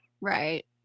Right